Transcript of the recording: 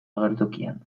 agertokian